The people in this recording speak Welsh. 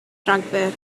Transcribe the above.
rhagfyr